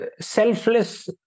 selfless